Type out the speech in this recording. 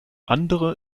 andere